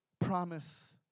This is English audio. promise